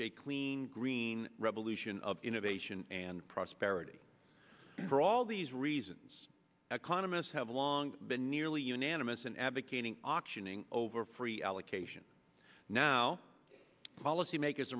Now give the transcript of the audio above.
a clean green revolution of innovation and prosperity for all these reasons economists have long been nearly unanimous in advocating optioning over free allocation now policymakers